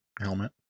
Helmet